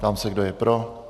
Ptám se, kdo je pro.